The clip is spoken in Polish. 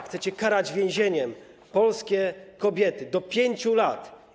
Chcecie karać więzieniem polskie kobiety, do 5 lat.